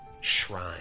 shrine